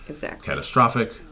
catastrophic